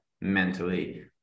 mentally